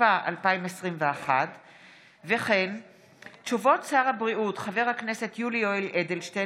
התשפ"א 2021. הודעת שר הבריאות חבר הכנסת יולי יואל אדלשטיין